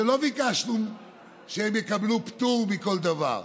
שלא ביקשנו שהם יקבלו פטור מכל דבר,